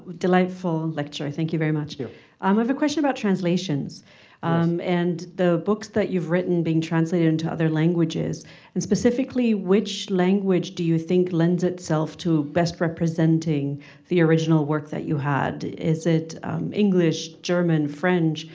delightful lecture. i thank you very much. i um have a question about translations um and the books that you've written being translated into other languages and specifically which language do you think lends itself to best representing representing the original work that you had? is it english, german, french.